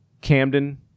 Camden